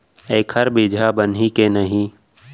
एखर बीजहा बनही के नहीं?